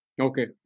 okay